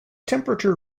temperature